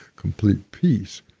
complete peace,